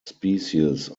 species